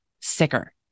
sicker